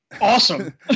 awesome